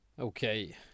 Okay